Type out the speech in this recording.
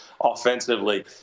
offensively